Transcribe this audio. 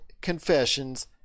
Confessions